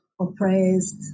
oppressed